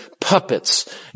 puppets